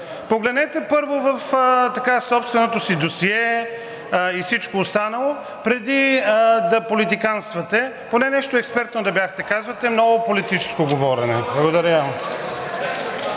Погледнете първо в собственото си досие и всичко останало преди да политиканствате. Поне нещо експертно да бяхте казали, много политическо говорене. Благодаря.